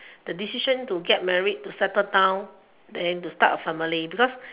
the decision to get married to settle down then to start a family because